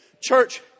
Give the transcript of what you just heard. church